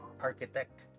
architect